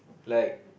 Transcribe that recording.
like